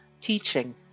teaching